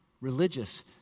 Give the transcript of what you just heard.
religious